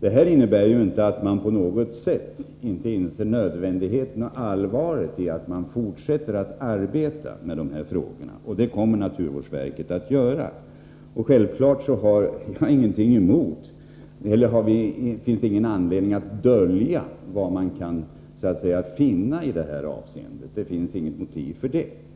Det här innebär inte på något sätt att man inte inser det nödvändiga och angelägna i att man fortsätter att arbeta med dessa frågor, och det kommer naturvårdsverket att göra. Självfallet finns det ingen anledning att dölja sådant som man kan finna i det här avseendet. Det finns inga motiv för något sådant.